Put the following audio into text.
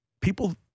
people